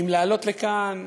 אם לעלות לכאן